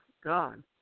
God